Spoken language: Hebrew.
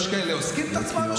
יש כאלה שאוזקים את עצמם,